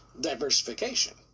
diversification